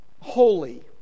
holy